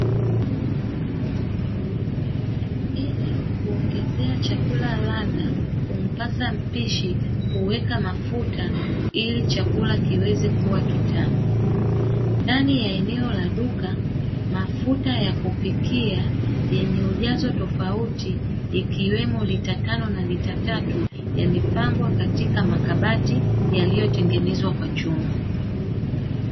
Ili kuongezea chakula radha humpasa mpishi kuweka mafuta ili chakula kiweze kuwa kitamu. ndani ya eneo la duka mafuta ya kupikia yenye ujazo tofauti ikiwemo lita tano na lita tatu yamepangwa katika makabati yaliyotengenezwa kwa chuma.